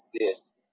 exist